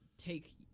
take